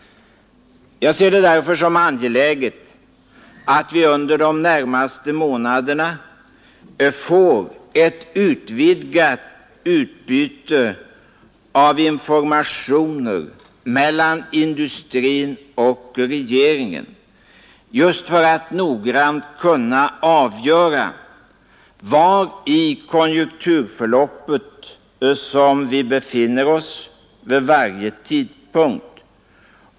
Jag ser det därför som angeläget att vi under de närmaste månaderna får ett utvidgat utbyte av informationer mellan industrin och regeringen — just för att noga kunna avgöra var i konjunkturförloppet som vi befinner oss vid varje tidpunkt.